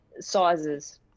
sizes